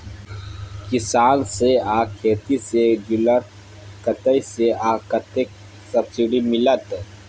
किसान से आ खेती से जुरल कतय से आ कतेक सबसिडी मिलत?